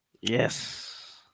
Yes